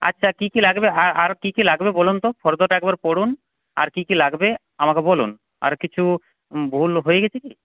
আচ্ছা কী কী লাগবে আর কী কী লাগবে বলুন তো ফর্দটা একবার পড়ুন আর কী কী লাগবে আমাকে বলুন আর কিছু ভুল হয়ে গেছে কি